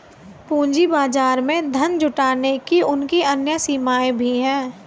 पूंजी बाजार में धन जुटाने की उनकी अन्य सीमाएँ भी हैं